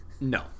No